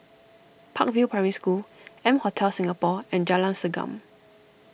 Park View Primary School M Hotel Singapore and Jalan Segam